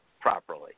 properly